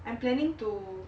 I'm planning to